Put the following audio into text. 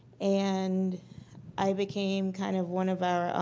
and i became kind of one of our